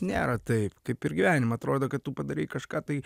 nėra taip kaip ir gyvenime atrodo kad tu padarei kažką tai